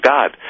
God